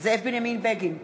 זאב בנימין בגין,